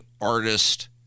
artist